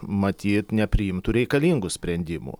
matyt nepriimtų reikalingų sprendimų